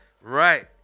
Right